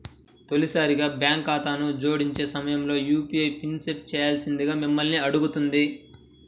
తొలిసారి బ్యాంక్ ఖాతాను జోడించే సమయంలో యూ.పీ.ఐ పిన్ని సెట్ చేయాల్సిందిగా మిమ్మల్ని అడుగుతుంది